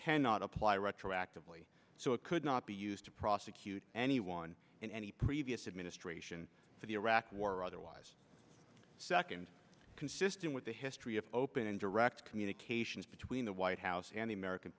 cannot apply retroactively so it could not be used to prosecute anyone in any previous administration for the iraq war or otherwise second consistent with the history of open and direct communications between the white house and the american